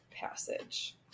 passage